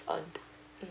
earn mm